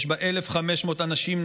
יש בה 1,500 אנשים,